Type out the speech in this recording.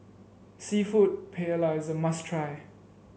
seafood Paella is a must try